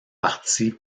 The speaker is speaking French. partie